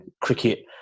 cricket